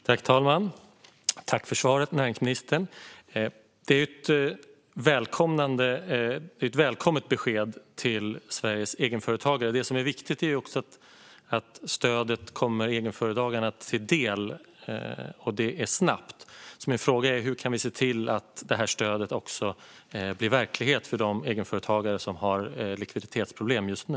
Fru talman! Tack, näringsministern, för svaret! Det är ett välkommet besked till Sveriges egenföretagare. Det som är viktigt är också att stödet kommer egenföretagarna till del och detta snabbt. Min fråga är: Hur kan vi se till att stödet också blir verklighet för de egenföretagare som har likviditetsproblem just nu?